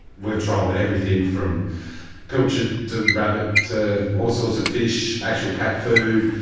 we've trialled everything from pilchard to rabbit to all sorts of fish, actual cat food,